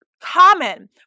common